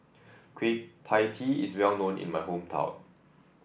Kueh Pie Tee is well known in my hometown